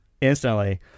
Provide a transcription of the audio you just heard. Instantly